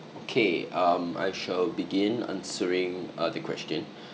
okay um I shall begin answering uh the question